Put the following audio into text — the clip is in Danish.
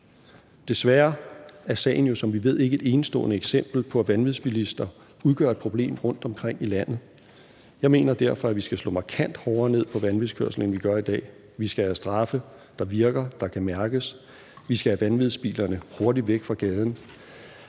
Desværre er sagen, hvilket vi ved, jo ikke et enestående eksempel på, at vanvidsbilister udgør et problem rundtomkring i landet. Jeg mener derfor, at vi skal slå markant hårdere ned på vanvidskørsel, end vi gør i dag. Vi skal have straffe, der virker og kan mærkes; vi skal have vanvidsbilerne hurtigt væk fra gaden